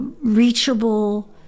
reachable